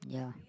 yeah